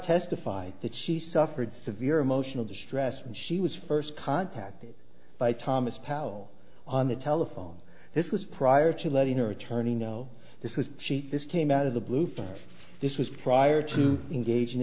testified that she suffered severe emotional distress when she was first contacted by thomas powell on the telephone this was prior to letting her attorney know this was she this came out of the blue for this was prior to engage